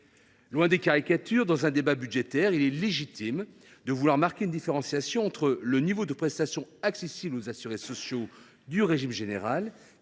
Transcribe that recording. Loin des caricatures, dans un débat budgétaire, il est légitime de vouloir marquer une différenciation entre le niveau de prestation accessible aux assurés sociaux du régime général,